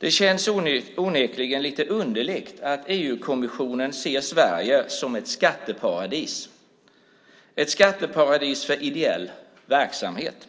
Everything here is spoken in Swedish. Det känns onekligen lite underligt att EU-kommissionen ser Sverige som ett skatteparadis - ett skatteparadis för ideell verksamhet,